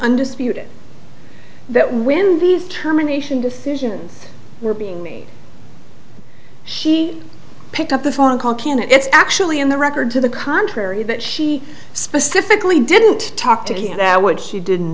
undisputed that when these terminations decisions were being made she picked up the phone call can it's actually in the record to the contrary that she specifically didn't talk to you now which she didn't